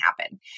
happen